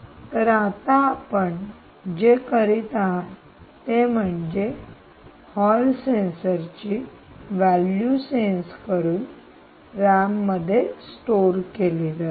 तर आता आपण जे करीत आहात ते म्हणजे हॉल सेन्सर ची व्हॅल्यू सेन्स करून रॅम मध्ये स्टोअर केली जाते